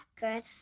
Good